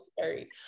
scary